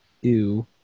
ew